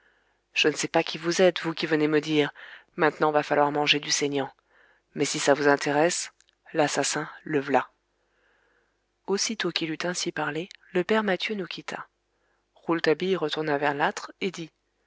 je ne sais pas qui vous êtes vous qui venez me dire maintenant va falloir manger du saignant mais si ça vous intéresse l'assassin le v'là aussitôt qu'il eût ainsi parlé le père mathieu nous quitta rouletabille retourna vers l'âtre et dit